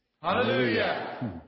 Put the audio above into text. Hallelujah